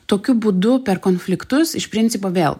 tokiu būdu per konfliktus iš principo vėl